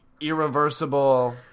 irreversible